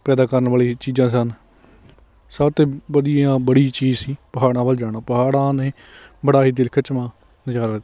ਪੈਦਾ ਕਰਨ ਵਾਲੀਆਂ ਇਹ ਚੀਜ਼ਾਂ ਸਨ ਸਭ ਤੋਂ ਵਧੀਆ ਬੜੀ ਚੀਜ਼ ਸੀ ਪਹਾੜਾਂ ਵੱਲ ਜਾਣਾ ਪਹਾੜਾਂ ਨੇ ਬੜਾ ਹੀ ਦਿਲ ਖਿੱਚਵਾਂ ਨਜ਼ਾਰਾ ਦਿੱਤਾ